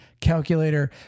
calculator